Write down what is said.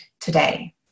today